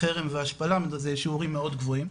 חרם והשפלה, זה שיעורים מאוד גבוהים.